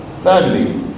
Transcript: Thirdly